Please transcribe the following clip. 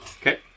Okay